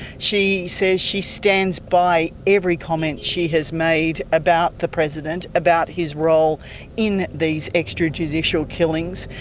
she says she stands by every comment she has made about the president, about his role in these extrajudicial killings.